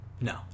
No